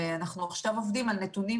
ואנחנו עכשיו עובדים על נתונים